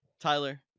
Tyler